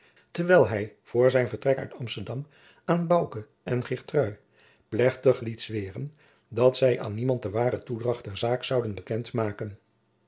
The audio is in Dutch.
terwijl hij voor zijn vertrek uit amsterdam aan bouke en geertrui plechtig liet zweeren dat zij aan niemand de ware toedracht der zaak zouden bekend maken